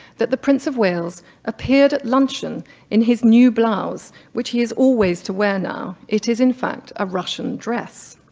that the prince of wales appeared at luncheon in his new blouse, which he is always to wear now, it is in fact a russian dress.